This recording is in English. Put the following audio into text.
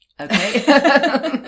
Okay